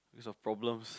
because of problems